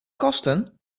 kosten